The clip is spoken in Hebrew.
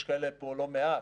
יש כאלה פה לא מעט,